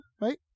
right